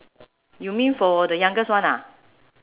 you mean for the youngest one ah